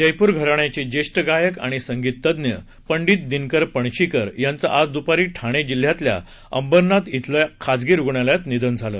जयपूर घराण्याचे ज्येष्ठ गायक आणि संगीतज्ज्ञ पंडित दिनकर पणशीकर यांचं आज दूपारी ठाणे जिल्ह्यातल्या अंबरनाथ श्विल्या खाजगी रुग्णालयात निधन झालं